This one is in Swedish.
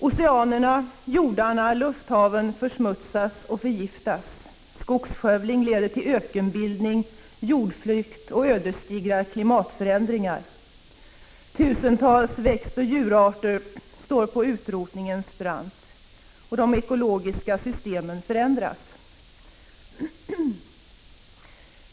Oceanerna, jordarna och lufthaven försmutsas och förgiftas. Skogsskövling leder till ökenbildning, jordflykt och ödesdigra klimatförändringar. Tusentals växtoch djurarter står på utrotningensbrant, och de ekologiska systemen förändras.